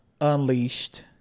Unleashed